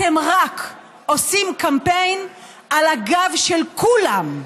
אתם רק עושים קמפיין על הגב של כולם.